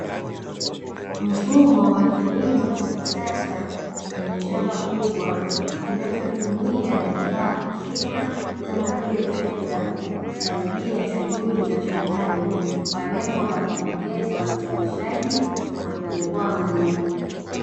Mfumo wa kilimo cha kisasa, kwenye shamba kubwa kinachotumia vifaa husika kama vile trekta, kusaidia shughuli za shambani kwa lengo la kuongeza uzalishaji na kuokoa muda.